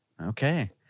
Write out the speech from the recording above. Okay